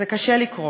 זה קשה לקרוא